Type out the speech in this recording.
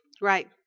Right